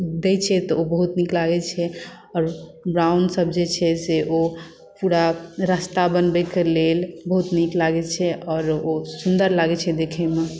दै छै तऽ ओ बहुत नीक लागै छै आओर ब्राउन सभ जे छै से ओ पुरा रास्ता बनबैकेँ लेल बहुत नीक लागै छै आओर ओ सुन्दर लागै छै देखैमे